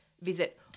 Visit